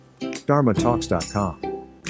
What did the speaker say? dharmatalks.com